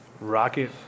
rocket